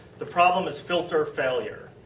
the problem is filter failure.